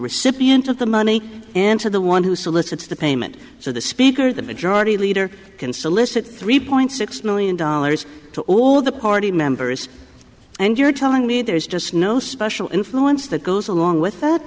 recipient of the money and to the one who solicits the payment so the speaker the majority leader can solicit three point six million dollars to all the party members and you're telling me there's just no special influence that goes along